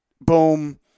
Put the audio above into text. boom